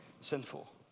sinful